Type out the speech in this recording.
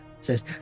says